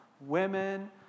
women